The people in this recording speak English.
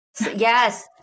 Yes